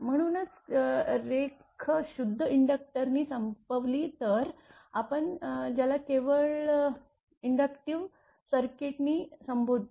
म्हणूनच रेख शुद्ध इंडक्क्टर नी संपवली तर आपण ज्याला केवळ इंडक्टिव सर्किट नी संबोधता